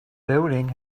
building